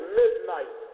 midnight